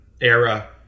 era